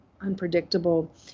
unpredictable